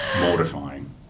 mortifying